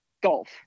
golf